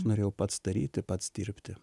norėjau pats daryti pats dirbti